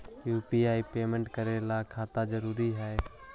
UPI payment करे ला खाता जरूरी है?